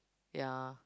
ya